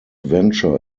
venture